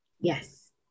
Yes